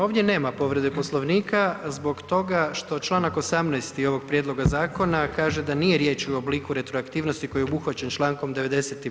Ovdje nema povrede Poslovnika zbog toga što članak 18. ovog prijedloga zakona kaže da nije riječi u obliku retroaktivnosti koji je obuhvaćen Člankom 90.